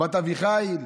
בת אביחיל.